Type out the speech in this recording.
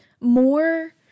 more